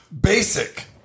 basic